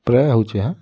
ପ୍ରାଏ ହେଉଛେ ହେଁ